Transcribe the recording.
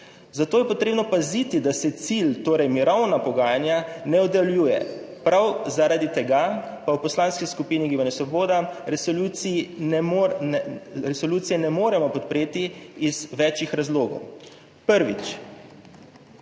Zato je potrebno paziti, da se cilj, torej mirovna pogajanja, ne oddaljuje. Prav zaradi tega pa v Poslanski skupini Gibanje Svoboda resolucije ne moremo podpreti iz več razlogov. Prvič,